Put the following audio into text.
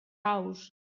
aus